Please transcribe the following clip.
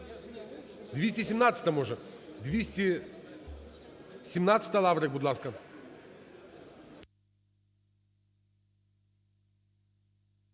217-а може? 217-а, Лаврик, будь ласка.